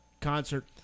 concert